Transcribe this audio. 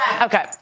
Okay